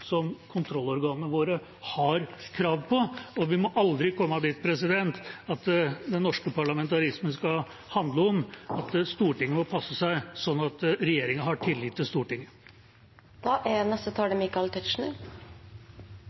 som kontrollorganene våre har krav på, og vi må aldri komme dit at den norske parlamentarismen skal handle om at Stortinget må passe seg sånn at regjeringa har tillit til Stortinget. «Talestrøm» er